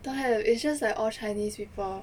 don't have it's just like all chinese people